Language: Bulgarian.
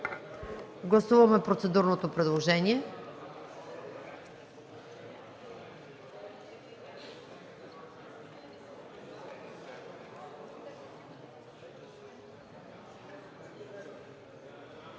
Гласуваме процедурното предложение.